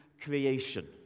creation